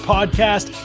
Podcast